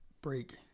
break